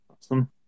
Awesome